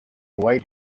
white